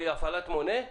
לפי הפעלת מונה?